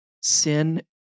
sin